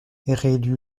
réélu